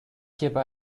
hierbei